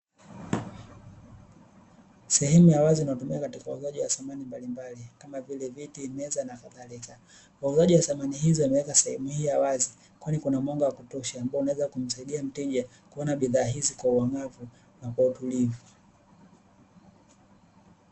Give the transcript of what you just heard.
Sehemu ya wazi inayotumika katika uuzaji wa samani mbalimbali kama vile: viti, meza na kadhalika. Wauzaji wa samani hizi wameweka sehemu hii ya wazi, kwani kuna mwanga wa kutosha, ambao unaweza kumsaidia mteja kuona bidhaa hizi kwa uang'avu na kwa utulivu.